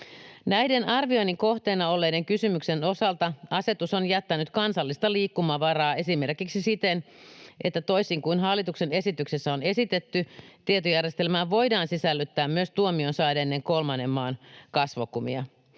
Näiden arvioinnin kohteena olleiden kysymysten osalta asetus on jättänyt kansallista liikkumavaraa esimerkiksi siten, että toisin kuin hallituksen esityksessä on esitetty, tietojärjestelmään voidaan sisällyttää myös tuomion saaneiden kolmannen maan kasvokuvia.